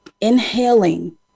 inhaling